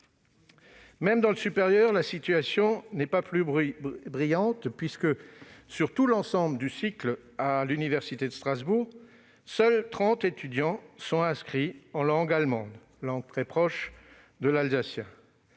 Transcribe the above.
Même dans le supérieur, la situation n'est pas plus brillante, puisque, sur l'ensemble du cycle à l'université de Strasbourg, seuls trente étudiants sont inscrits en langue allemande, langue très proche de l'alsacien,